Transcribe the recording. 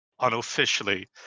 unofficially